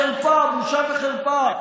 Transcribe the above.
חרפה, בושה וחרפה.